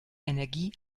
energie